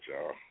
y'all